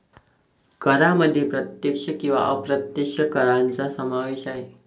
करांमध्ये प्रत्यक्ष किंवा अप्रत्यक्ष करांचा समावेश आहे